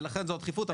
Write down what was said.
לכן זו הדחיפות.